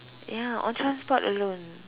ya on transport alone